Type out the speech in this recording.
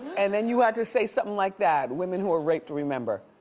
and then you had to say something like that, women who are raped remember.